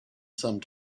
some